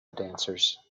dancers